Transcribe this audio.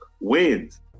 wins